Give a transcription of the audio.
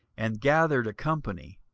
and gathered a company,